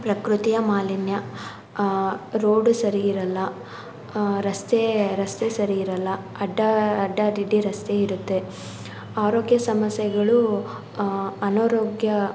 ಪ್ರಕೃತಿಯ ಮಾಲಿನ್ಯ ರೋಡು ಸರಿಯಿರಲ್ಲ ರಸ್ತೆ ರಸ್ತೆ ಸರಿಯಿರಲ್ಲ ಅಡ್ಡ ಅಡ್ಡಾದಿಡ್ಡಿ ರಸ್ತೆಯಿರುತ್ತೆ ಆರೋಗ್ಯ ಸಮಸ್ಯೆಗಳು ಅನಾರೋಗ್ಯ